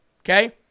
Okay